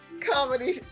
Comedy